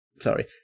Sorry